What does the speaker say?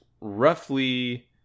roughly